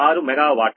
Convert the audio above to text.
6 megawatt